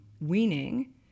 weaning